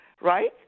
right